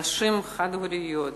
נשים חד-הוריות